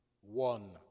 one